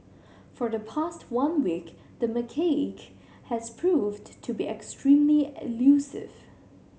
for the past one week the macaque has proven to be extremely elusive